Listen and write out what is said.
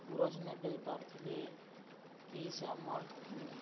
ଗୁରସ୍ ନେ ଦେଇପାରୁଥିଲେ କି ସେ ଆମର୍